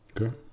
okay